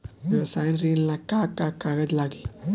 व्यवसाय ऋण ला का का कागज लागी?